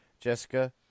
Jessica